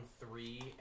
three